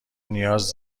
نیاز